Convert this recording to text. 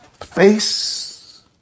Face